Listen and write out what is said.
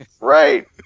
Right